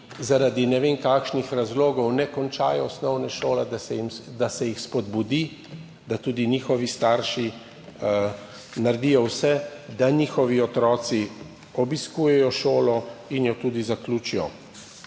zaradi ne vem kakšnih razlogov ne končajo osnovne šole, spodbudi, da tudi njihovi starši naredijo vse, da njihovi otroci obiskujejo šolo in jo tudi zaključijo.